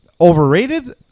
overrated